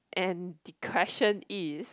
and the question is